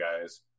guys